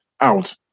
out